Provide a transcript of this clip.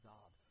God